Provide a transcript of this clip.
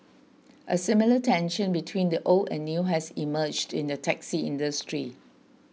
a similar tension between old and new has emerged in the taxi industry